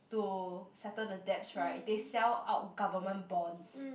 to settle the debts right they sell out government bonds